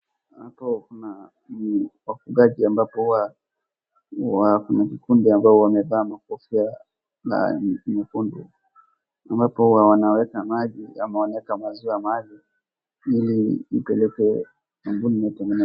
Hapo kuna wafugaji ambao ni wa kikundi ambao wamevaa makofia nyekundu ambapo huwa wanaweka maji ama wanaweka maziwa mahali ili ipelekwe kampuni watengeneze.